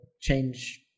change